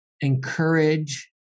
encourage